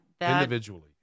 Individually